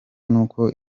n’uko